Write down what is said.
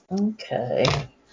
Okay